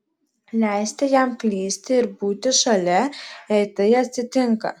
leisti jam klysti ir būti šalia jei tai atsitinka